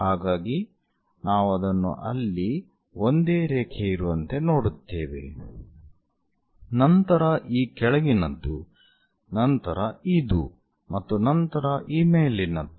ಹಾಗಾಗಿ ನಾವು ಅದನ್ನು ಅಲ್ಲಿ ಒಂದೇ ರೇಖೆ ಇರುವಂತೆ ನೋಡುತ್ತೇವೆ ನಂತರ ಈ ಕೆಳಗಿನದ್ದು ನಂತರ ಇದು ಮತ್ತು ನಂತರ ಈ ಮೇಲಿನದ್ದು